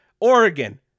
Oregon